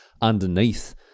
underneath